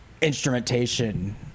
instrumentation